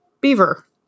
beaver